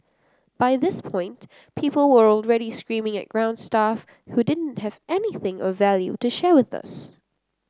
by this point people were already screaming at ground staff who didn't have anything of value to share with us